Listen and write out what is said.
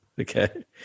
Okay